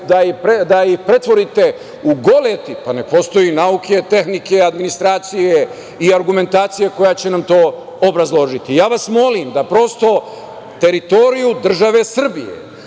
da ih pretvorite u goleti, pa ne postoje nauke, tehnike, administracije i argumentacije koje će nam to obrazložiti. Ja vas molim, da prosto teritoriju države Srbije